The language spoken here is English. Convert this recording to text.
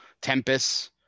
Tempest